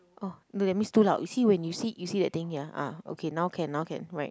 oh look that means too loud you see when you see you see that thing ya ah okay now can now can right